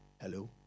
Hello